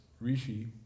rishi